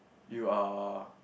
you are